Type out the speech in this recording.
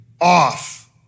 off